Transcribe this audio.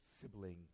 sibling